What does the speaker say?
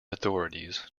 authorities